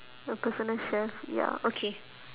a personal chef ya okay